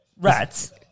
Rats